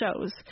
shows